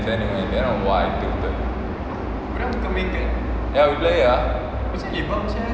then go in then !wah! I tilted